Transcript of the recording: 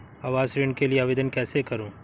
आवास ऋण के लिए आवेदन कैसे करुँ?